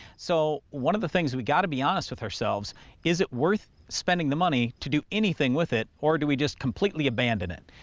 so, one of the things we've got to be honest with ourselves is it worth spending the money to do anything with it, or do we just completely abandon it?